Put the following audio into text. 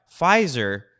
Pfizer